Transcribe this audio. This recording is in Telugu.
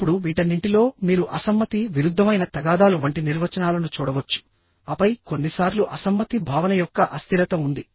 ఇప్పుడు వీటన్నింటిలో మీరు అసమ్మతి విరుద్ధమైన తగాదాలు వంటి నిర్వచనాలను చూడవచ్చు ఆపై కొన్నిసార్లు అసమ్మతి భావన యొక్క అస్థిరత ఉంది